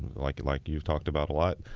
like like you've talked about a lot,